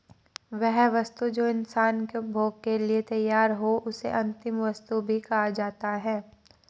वह वस्तु जो इंसान के उपभोग के लिए तैयार हो उसे अंतिम वस्तु भी कहा जाता है